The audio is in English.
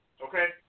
Okay